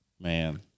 Man